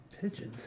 Pigeons